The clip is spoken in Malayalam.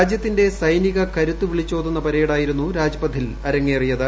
രാജ്യത്തിന്റെ സൈനിക കരുത്ത് വിളിച്ചോതുന്ന പരേഡായിരുന്നു രാജ്പഥിൽ അരങ്ങേറിയത്